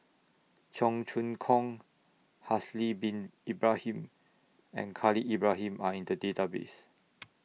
Cheong Choong Kong Haslir Bin Ibrahim and Khalil Ibrahim Are in The Database